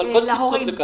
אבל כל סבסוד זה ככה.